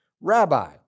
Rabbi